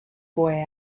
boy